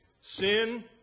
Sin